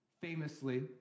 Famously